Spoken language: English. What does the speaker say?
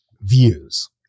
VIEWS